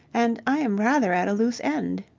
and i am rather at a loose end.